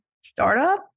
startup